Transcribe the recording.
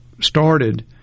started